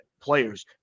players